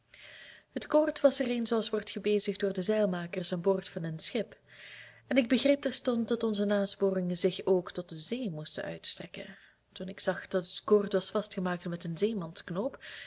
het koord was er een zooals wordt gebezigd door de zeilmakers aan boord van een schip en ik begreep terstond dat onze nasporingen zich ook tot de zee moesten uitstrekken toen ik zag dat het koord was vastgemaakt met een